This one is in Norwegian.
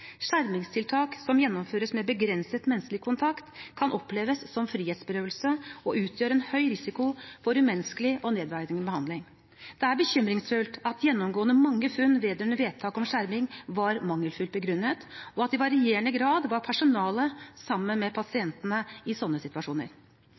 Skjermingstiltak som gjennomføres med begrenset menneskelig kontakt, kan oppleves som frihetsberøvelse og utgjør en høy risiko for umenneskelig og nedverdigende behandling. Det er bekymringsfullt at gjennomgående mange funn vedrørende vedtak om skjerming var mangelfullt begrunnet, og at personalet i varierende grad var sammen med